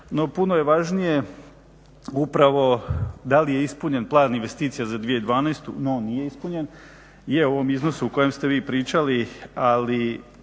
No, puno je važnije upravo da li je ispunjen plan investicija za 2012. No, on nije ispunjen. Je u ovom iznosu o kojem ste vi pričali, ali